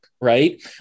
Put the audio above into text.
right